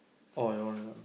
oh your one your one